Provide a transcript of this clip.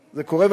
זה קורה.